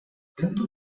tento